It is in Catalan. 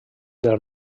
del